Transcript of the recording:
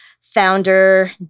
founder